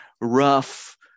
rough